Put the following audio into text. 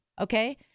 Okay